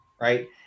right